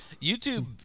YouTube